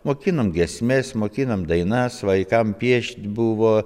mokinam giesmes mokinam dainas vaikam piešt buvo